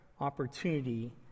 opportunity